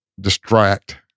distract